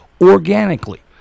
organically